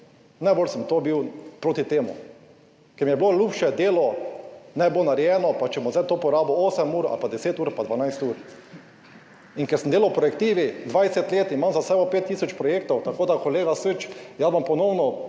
najbolj sem to bil proti temu, ker mi je bilo ljubše delo naj bo narejeno, pa če bom zdaj to porabil 8 ur ali pa 10 ur pa 12 ur. In ker sem delal v projektivi 20 let, imam za sabo 5 tisoč projektov, tako da, kolega Süč, jaz bom ponovno,